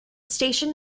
station